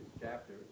chapter